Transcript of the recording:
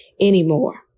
anymore